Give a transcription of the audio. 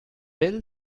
will